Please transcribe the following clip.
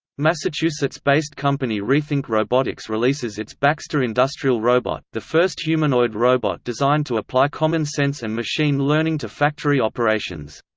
massachusetts-based company rethink robotics releases its baxter industrial robot, the first humanoid robot designed to apply common sense and machine learning to factory operations.